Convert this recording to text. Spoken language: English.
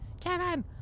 Kevin